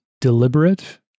deliberate